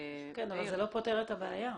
כן, אבל זה לא פותר את הבעיה.